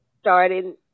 starting